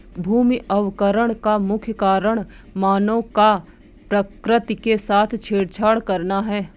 भूमि अवकरण का मुख्य कारण मानव का प्रकृति के साथ छेड़छाड़ करना है